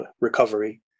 recovery